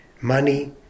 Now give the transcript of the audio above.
Money